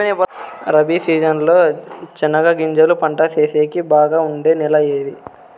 Rabi season లో చెనగగింజలు పంట సేసేకి బాగా ఉండే నెల ఏది?